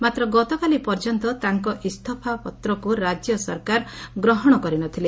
ମାତ୍ର ଗତକାଲି ପର୍ଯ୍ୟନ୍ତ ତାଙ୍କ ଇସ୍ତଫା ପତ୍ରକୁ ରାଜ୍ୟ ସରକାର ଗ୍ରହଶ କରି ନ ଥିଲେ